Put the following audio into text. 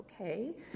Okay